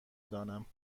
دانم